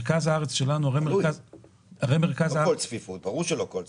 ברור שלא כל צפיפות.